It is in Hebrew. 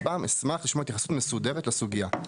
אשמח לשמוע התייחסות מסודרת לסוגיה.